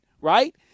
right